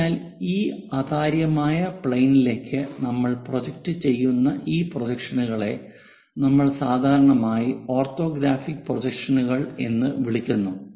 അതിനാൽ ഈ അതാര്യമായ പ്ലെയിനിലേക്ക് നമ്മൾ പ്രൊജക്റ്റ് ചെയ്യുന്ന ഈ പ്രൊജക്ഷനുകളെ നമ്മൾ സാധാരണയായി ഓർത്തോഗ്രാഫിക് പ്രൊജക്ഷനുകൾ എന്ന് വിളിക്കുന്നു